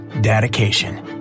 dedication